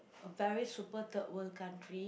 a very super third world country